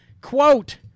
quote